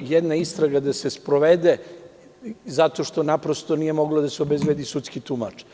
jedna istraga da se sprovede zato što nije mogao da se obezbedi sudski tumač.